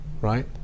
right